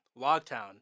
Logtown